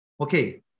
okay